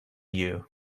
you